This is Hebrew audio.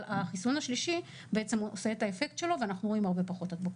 אבל החיסון השלישי עושה את האפקט שלו ואנחנו רואים הרבה פחות הדבקות.